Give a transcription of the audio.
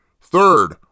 Third